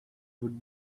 would